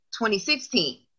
2016